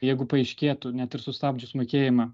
jeigu paaiškėtų net ir sustabdžius mokėjimą